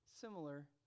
similar